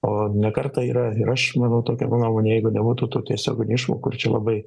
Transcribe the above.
o ne kartą yra ir aš manau tokia mano nuomonė jeigu nebūtų tų tiesioginių išmokų ir čia labai